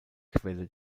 quelle